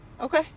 Okay